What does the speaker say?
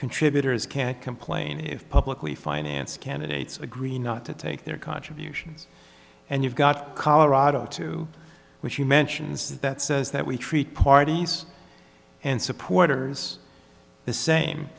contributors can't complain if publicly financed candidates agree not to take their contributions and you've got colorado to which she mentions that says that we treat parties and supporters the same